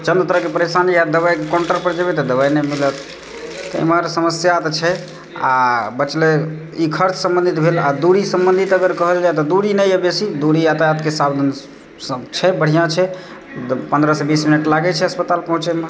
चन्द तरहकेन परेशानी आएत दवाइके काउण्टर पर जेबै तऽ दवाइ नहि मिलत तऽ इमहर समस्या तऽ छै आ बचलै ई खर्च सम्बंधित भेल आ दूरी सम्बंधित अगर कहल जाय तऽ दूरी नहि यऽ बेसी दूरी यातायातके साधन छै बढ़िआँ छै पन्द्रहसँ बीस मिनट लागै छै अस्पताल पहुँचएमे